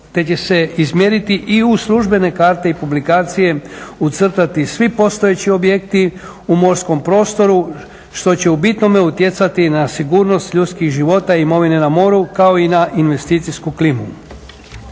te će se izmjeriti i u službene karte i publikacije ucrtati svi postojeći objekti u morskom prostoru što će u bitnome utjecati na sigurnost ljudskih života i imovine na moru kao i na investicijsku klimu.